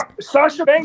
Sasha